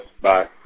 Bye